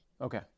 Okay